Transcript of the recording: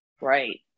right